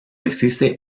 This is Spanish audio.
existe